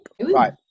Right